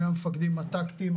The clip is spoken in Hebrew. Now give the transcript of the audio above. מהמפקדים הטקטיים,